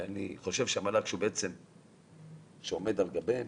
ואני חושב שהמל"ג שעומד מעליהם